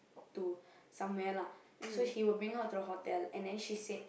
to somewhere lah so she will bring her to the hotel and then she said